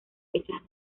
fechas